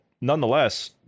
nonetheless